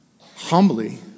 humbly